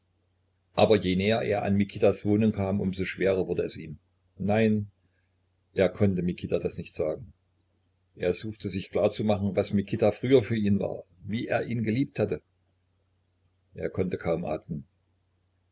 aber je näher er an mikitas wohnung kam um so schwerer wurde es ihm nein er konnte mikita das nicht sagen er suchte sich klar zu machen was mikita früher für ihn war wie er ihn geliebt hatte er konnte kaum atmen